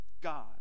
God